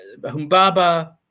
Humbaba